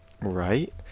Right